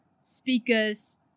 speakers